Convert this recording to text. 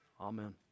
amen